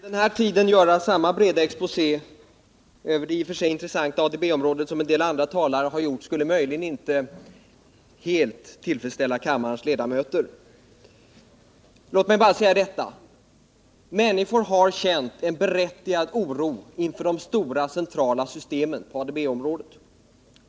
Herr talman! Att vid den här tiden göra samma breda exposé över det i och för sig intressanta ADB-området som en del andra talare har gjort skulle möjligen inte helt tillfredsställa kammarens ledamöter. Låt mig bara säga detta: Människor har känt en berättigad oro inför de stora centrala systemen på ADB-området.